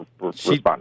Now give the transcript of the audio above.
responding